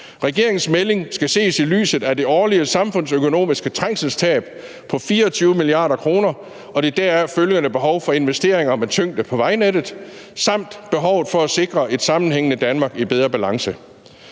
Regeringens melding skal ses i lyset af det årlige samfundsøkonomiske trængselstab på 24 mia. kr. og det deraf følgende behov for investeringer med tyngde på vejnettet samt behovet for at sikre et sammenhængende Danmark i bedre balance.